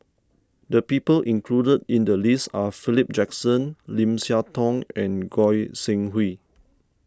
the people included in the list are Philip Jackson Lim Siah Tong and Goi Seng Hui